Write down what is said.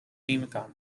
mcconnell